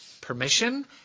permission